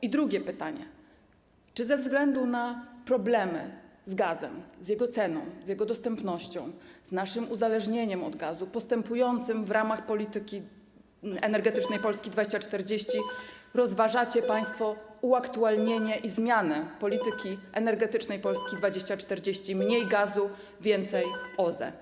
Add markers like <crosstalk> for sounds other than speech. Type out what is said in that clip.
I drugie pytanie: Czy ze względu na problemy z gazem, z jego ceną, z jego dostępnością, z naszym uzależnieniem od gazu, postępującym w ramach ˝Polityki energetycznej Polski do 2040 r.˝, <noise> rozważacie państwo uaktualnienie i zmianę ˝Polityki energetycznej Polski do 2040 r.˝ - mniej gazu, więcej OZE?